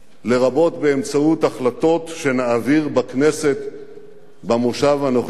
לרבות באמצעות החלטות שנעביר בכנסת במושב הנוכחי,